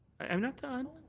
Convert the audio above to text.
i'm not done.